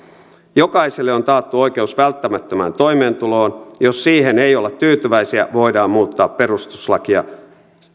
jokaiselle on taattu oikeus välttämättömään toimeentuloon jos siihen ei olla tyytyväisiä voidaan muuttaa perustuslakia